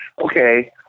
okay